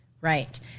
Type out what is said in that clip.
right